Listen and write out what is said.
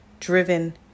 driven